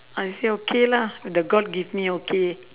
I say okay lah the god give me okay